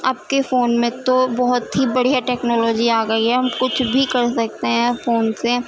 اب کے فون میں تو بہت ہی بڑھیا ٹکنالوجی آ گئی ہے ہم کچھ بھی کر سکتے ہیں فون سے